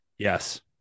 Yes